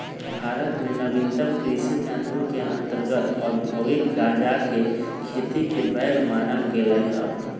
भारत में नवीनतम कृषि कानून के अंतर्गत औद्योगिक गजाके खेती के वैध मानल गेलइ ह